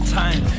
time